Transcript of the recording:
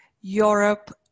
Europe